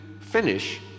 finish